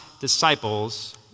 disciples